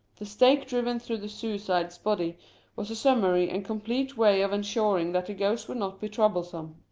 the stake driven through the suicide's body was a summary and complete way of ensuring that the ghost would not be trouble some.